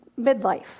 midlife